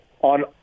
On